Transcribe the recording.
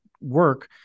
work